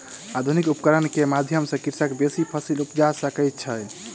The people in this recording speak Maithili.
आधुनिक उपकरण के माध्यम सॅ कृषक बेसी फसील उपजा सकै छै